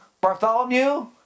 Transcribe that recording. Bartholomew